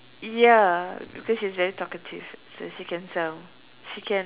ya because she's very talkative so she can sell she can